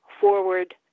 forward